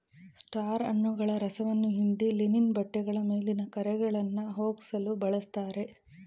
star ಹಣ್ಣುಗಳ ರಸವನ್ನ ಹಿಂಡಿ ಲಿನನ್ ಬಟ್ಟೆಗಳ ಮೇಲಿನ ಕರೆಗಳನ್ನಾ ಹೋಗ್ಸಲು ಬಳುಸ್ತಾರೆ